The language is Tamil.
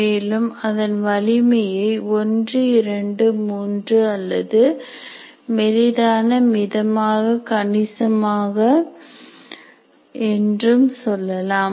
மேலும் அதன் வலிமையை 123 அல்லது மெலிதான மிதமாக கணிசமாக என்றும் சொல்லலாம்